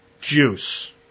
juice